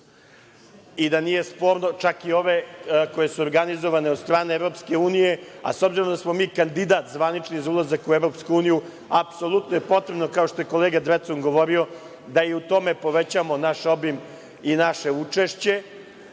i da nije sporno, čak i ove koje su organizovane od strane EU, a s obzirom da smo mi kandidat zvanični za ulazak u EU, apsolutno je potrebno, kao što je kolega Drecun govorio, da i u tome povećamo naš obim i naše učešće,